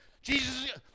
Jesus